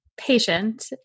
patient